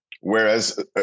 Whereas